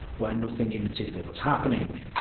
where nothing in particular was happening.